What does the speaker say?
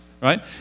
right